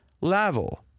level